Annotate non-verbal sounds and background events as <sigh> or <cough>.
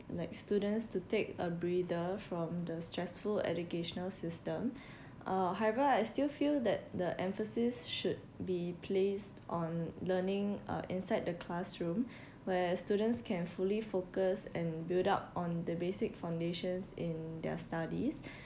like students to take a breather from the stressful educational system <breath> uh however I still feel that the emphasis should be placed on learning uh inside the classroom <breath> where students can fully focus and build up on the basic foundations in their studies <breath>